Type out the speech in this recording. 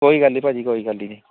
ਕੋਈ ਗੱਲ ਨਹੀਂ ਭਾਅ ਜੀ ਕੋਈ ਗੱਲ ਹੀ ਨਹੀਂ